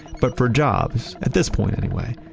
but for jobs at this point anyway,